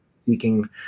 seeking